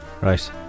right